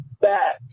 back